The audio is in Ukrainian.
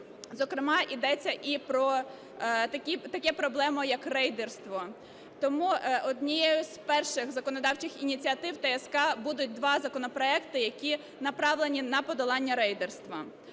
Зокрема, йдеться і про таку проблему, як рейдерство. Тому однією з перших законодавчих ініціатив ТСК будуть два законопроекти, які направлені на подолання рейдерства.